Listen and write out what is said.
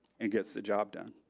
and gets the job done.